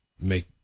make